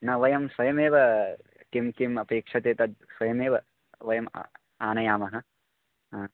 न वयं स्वयमेव किं किम् अपेक्ष्यते तद् स्वयमेव वयम् आनयामः हा